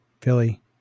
Philly